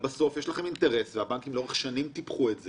בסוף יש לכם אינטרס הבנקים לאורך שנים טיפחו את זה